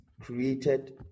created